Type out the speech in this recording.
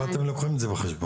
כלומר, אתם לוקחים את זה בחשבון.